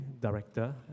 Director